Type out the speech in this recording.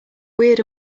weird